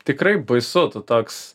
tikrai baisu tu toks